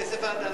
מי בעד?